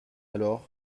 alors